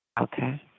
Okay